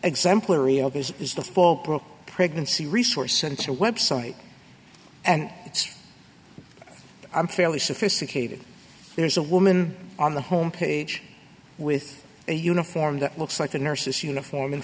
exemplary of this is the fallbrook pregnancy resource center website and it's i'm fairly sophisticated there's a woman on the home page with a uniform that looks like a nurse's uniform in